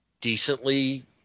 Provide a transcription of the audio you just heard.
decently